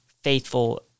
faithful